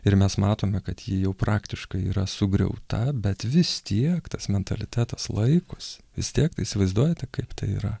ir mes matome kad ji jau praktiškai yra sugriauta bet vis tiek tas mentalitetas laikosi vis tiek įsivaizduojate kaip tai yra